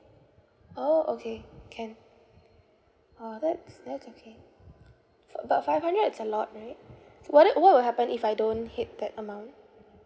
orh okay can uh that's that's okay f~ but five hundred is a lot right so what it what will happen if I don't hit that amount